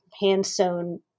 hand-sewn